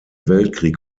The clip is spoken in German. weltkrieg